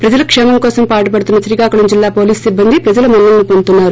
ప్రజల క్షేమంకోసం పాటుపడుతున్న శ్రీకాకుళం జిల్లా పోలీసు సిబ్బంది ప్రజల మన్ననలు అందుకుంటున్నారు